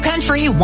Country